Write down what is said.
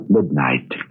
Midnight